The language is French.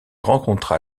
rencontra